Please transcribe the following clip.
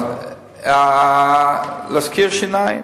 אז להזכיר שיניים?